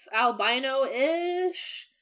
albino-ish